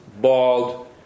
bald